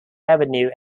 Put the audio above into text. avenue